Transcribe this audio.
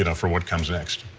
and for what comes next.